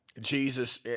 Jesus